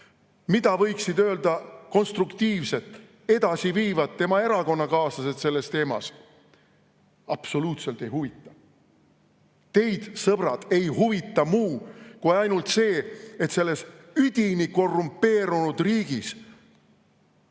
Mida võiksid öelda konstruktiivset, edasiviivat tema erakonnakaaslased sellel teemal – absoluutselt ei huvita. Teid, sõbrad, ei huvita muu kui ainult see, et saaks selles üdini korrumpeerunud riigis